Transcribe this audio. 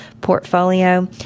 portfolio